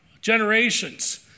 generations